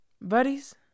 Buddies